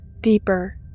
deeper